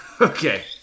Okay